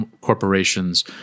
corporations